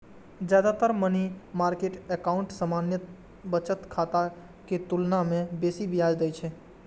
जादेतर money market account सामान्य बचत खाता के तुलना मे बेसी ब्याज दै छै